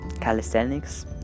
Calisthenics